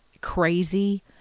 crazy